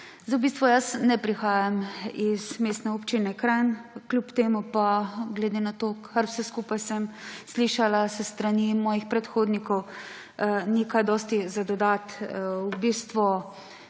kolegi! Jaz ne prihajam iz Mestne občine Kranj. Kljub temu pa glede na to, kar sem vse skupaj slišala s strani mojih predhodnikov, ni kaj dosti za dodati.